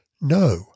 no